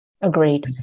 Agreed